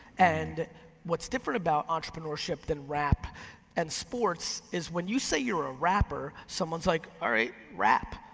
and what's different about entrepreneurship than rap and sports is when you say you're a rapper, someone's like, all right, rap.